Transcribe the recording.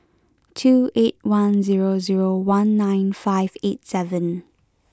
two eight one zero zero one nine five eight seven